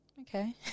Okay